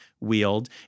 wield